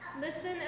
listen